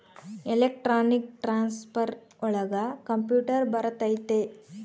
electronic transfer ಒಳಗ computer ಬರತೈತಿ